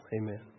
Amen